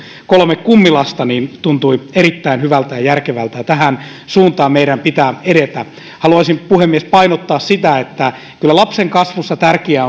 kolme kummilasta se tuntui erittäin hyvältä ja järkevältä tähän suuntaan meidän pitää edetä haluaisin puhemies painottaa sitä että kyllä lapsen kasvussa tärkeää